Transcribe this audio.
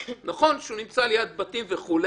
זה נכון שהוא נמצא ליד בתים וכו',